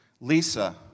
Lisa